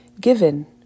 given